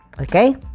okay